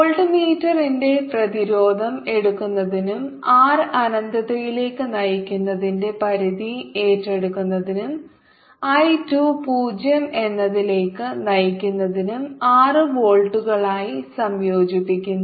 വോൾട്ട്മീറ്ററിന്റെ പ്രതിരോധം എടുക്കുന്നതിനും R അനന്തതയിലേയ്ക്ക് നയിക്കുന്നതിന്റെ പരിധി ഏറ്റെടുക്കുന്നതിനും I 2 0 എന്നതിലേക്ക് നയിക്കുന്നതിനുംആറ് വോൾട്ടുകളായി സംയോജിക്കുന്നു